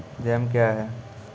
Jam क्या हैं?